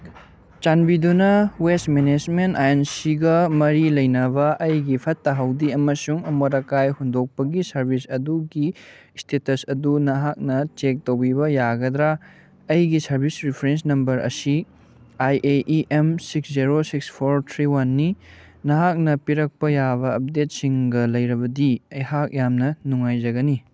ꯆꯥꯟꯕꯤꯗꯨꯅ waste management I N ꯁꯤꯒ ꯃꯔꯤ ꯂꯩꯅꯕ ꯑꯩꯒꯤ ꯐꯠꯇ ꯍꯥꯎꯗꯤ ꯑꯃꯁꯨꯡ ꯑꯃꯣꯠ ꯑꯀꯥꯏ ꯍꯨꯟꯗꯣꯛꯄꯒꯤ ꯁꯔꯚꯤꯁ ꯑꯗꯨꯒꯤ ꯏꯁꯇꯦꯇꯁ ꯑꯗꯨ ꯅꯍꯥꯛꯅ ꯆꯦꯛ ꯇꯧꯕꯤꯕ ꯌꯥꯒꯗ꯭ꯔꯥ ꯑꯩꯒꯤ ꯁꯔꯚꯤꯁ ꯔꯤꯐ꯭ꯔꯦꯟꯁ ꯅꯝꯕꯔ ꯑꯁꯤ I A M six zero six four three ꯋꯥꯟꯅꯤ ꯅꯍꯥꯛꯅ ꯄꯤꯔꯛꯄ ꯌꯥꯕ ꯑꯞꯗꯦꯠꯁꯤꯡꯒ ꯂꯩꯔꯕꯗꯤ ꯑꯩꯍꯥꯛ ꯌꯥꯝꯅ ꯅꯨꯡꯉꯥꯏꯖꯒꯅꯤ